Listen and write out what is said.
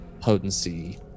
potency